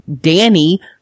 Danny